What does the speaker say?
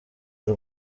y’u